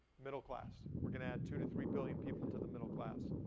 middle class, we're gonna add two to three billion people to the middle class.